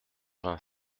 vingt